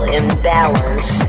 imbalance